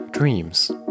dreams